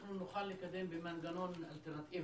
אנחנו נוכל לקדם במנגנון אלטרנטיבי,